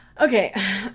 Okay